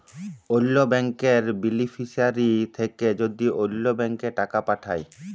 অল্য ব্যাংকের বেলিফিশিয়ারি থ্যাকে যদি অল্য ব্যাংকে টাকা পাঠায়